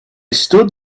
stood